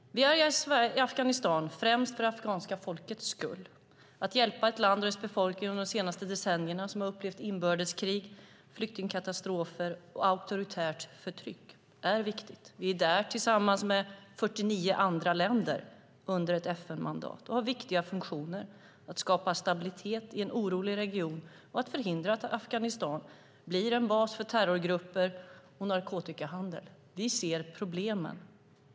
Vi är i Afghanistan främst för det afghanska folket skull. Det är viktigt att hjälpa ett land och dess befolkning som under de senaste decennierna har upplevt inbördeskrig, flyktingkatastrofer och auktoritärt förtryck. Vi är där tillsammans med 49 andra länder under ett FN-mandat och vi har viktiga funktioner för att skapa stabilitet i en orolig region och förhindra att Afghanistan blir en bas för terrorgrupper och narkotikahandel. Vi ser problemen.